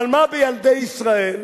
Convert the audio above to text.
אבל מה בילדי ישראל,